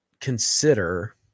consider